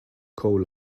coal